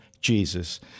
Jesus